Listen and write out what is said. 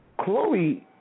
Chloe